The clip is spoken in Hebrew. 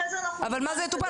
אבל מה זה "יטופל"?